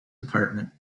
department